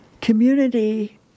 Community